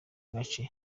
gace